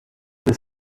this